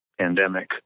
pandemic